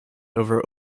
over